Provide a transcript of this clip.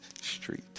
Street